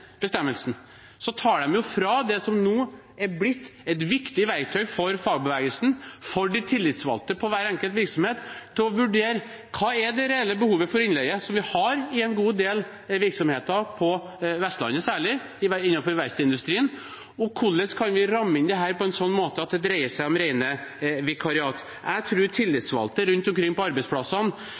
bestemmelsen, tar de fra fagbevegelsen det som nå er blitt et viktig verktøy for dem, for de tillitsvalgte i hver enkelt virksomhet: muligheten til å vurdere hva som er det reelle behovet for innleie, som vi har i en god del virksomheter, særlig på Vestlandet innenfor verftsindustrien. Hvordan kan vi ramme inn dette på en slik måte at det dreier seg om rene vikariater? Jeg tror tillitsvalgte rundt omkring på arbeidsplassene